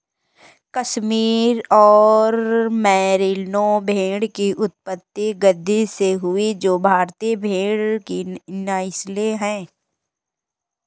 कश्मीर और मेरिनो भेड़ की उत्पत्ति गद्दी से हुई जो भारतीय भेड़ की नस्लें है